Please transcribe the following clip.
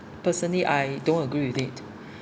personally I don't agree with it